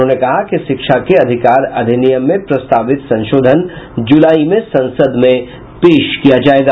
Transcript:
उन्होंने कहा कि शिक्षा के अधिकार अधिनियम में प्रस्तावित संशोधन जुलाई में संसद में पेश किया जायेगा